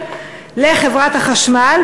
לחברת החשמל,